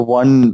one